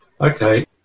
Okay